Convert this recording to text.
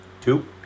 Two